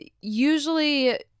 usually